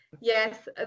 Yes